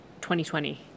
2020